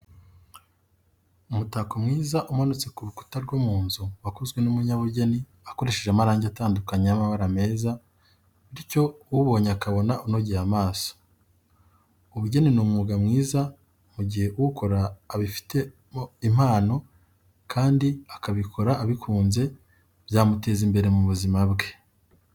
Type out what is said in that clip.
Umutako mwiza umanitse ku rukuta rwo mu nzu wakozwe n'umunyabugeni akoresheje amarangi atandukanye y'amabara meza, bityo uwubonye akabona unogeye amaso. Ubugeni ni umwuga mwiza mu gihe uwukora abifitemo impano kandi akabikora abikunze byamuteza imbere mu buzima bwe.